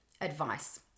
advice